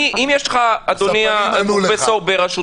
ענו לך על זה.